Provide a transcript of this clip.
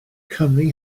cymru